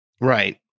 right